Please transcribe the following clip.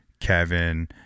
kevin